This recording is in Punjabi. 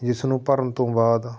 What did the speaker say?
ਜਿਸਨੂੰ ਭਰਨ ਤੋਂ ਬਾਅਦ